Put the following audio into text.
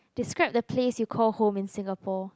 describe the place you call home in Singapore